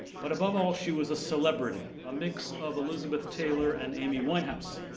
but above all she was a celebrity, a mix of elizabeth taylor and amy winehouse.